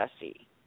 Jesse